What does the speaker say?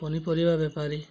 ପନିପରିବା ବେପାରୀ